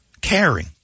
caring